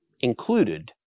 included